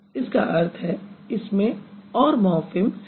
इसका अर्थ है इसमें और मॉर्फ़िम हैं